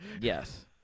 Yes